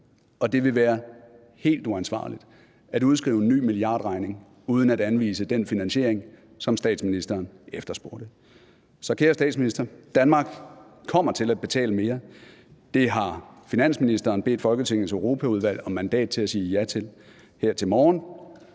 Det vil være helt uansvarligt at udskrive en ny milliardregning uden at anvise den finansiering, som statsministeren efterspurgte. Så, kære statsminister, Danmark kommer til at betale mere. Det har finansministeren bedt Folketingets Europaudvalg om mandat til at sige ja til her til morgen.